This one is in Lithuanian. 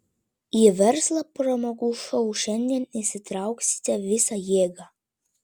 į verslą pramogų šou šiandien įsitrauksite visa jėga